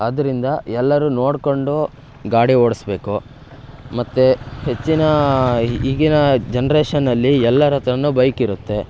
ಆದ್ದರಿಂದ ಎಲ್ಲರು ನೋಡಿಕೊಂಡು ಗಾಡಿ ಓಡಿಸ್ಬೇಕು ಮತ್ತು ಹೆಚ್ಚಿನ ಈಗಿನ ಜನ್ರೇಷನ್ನಲ್ಲಿ ಎಲ್ಲರತ್ರವು ಬೈಕ್ ಇರುತ್ತೆ